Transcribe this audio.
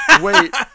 Wait